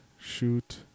shoot